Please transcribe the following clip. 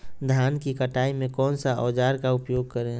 धान की कटाई में कौन सा औजार का उपयोग करे?